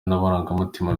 n’amarangamutima